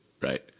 right